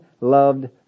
loved